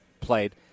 played